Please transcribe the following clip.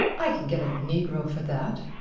i can get a negro for that.